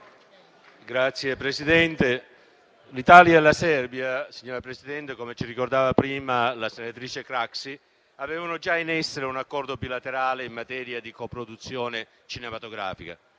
Signor Presidente, l'Italia e la Serbia - come ci ricordava prima la senatrice Craxi - avevano già in essere un Accordo bilaterale in materia di coproduzione cinematografica;